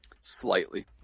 Slightly